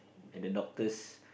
at the doctors